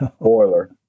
boiler